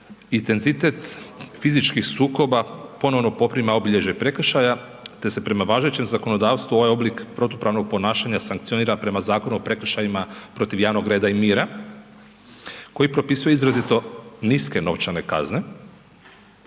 intenzitet fizičkih sukoba ponovno poprima obilježje prekršaja te se prema važećem zakonodavstvu ovaj oblik protupravnog ponašanja sankcionira prema Zakonu o prekršajima protiv javnog reda i mira koji propisuje izrazito niske novčane kazne